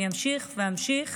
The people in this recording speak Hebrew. אני אמשיך ואמשיך